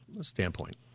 standpoint